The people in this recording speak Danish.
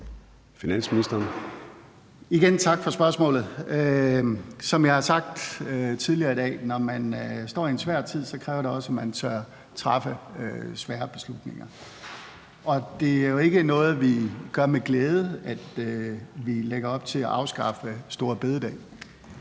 Igen tak for spørgsmålet. Som jeg har sagt tidligere i dag: Når man står i en svær tid, kræver det også, at man tør træffe svære beslutninger. At vi lægger op til at afskaffe store bededag,